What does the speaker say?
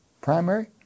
primary